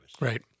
Right